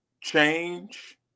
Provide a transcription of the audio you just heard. change